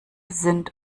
sind